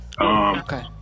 Okay